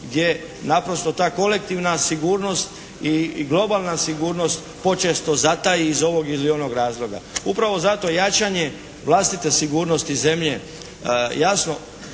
gdje naprosto ta kolektivna sigurnost i globalna sigurnost počesto zataji iz ovog ili onog razloga. Upravo zato jačanje vlastite sigurnosti zemlje